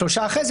שלושה אחרי זה,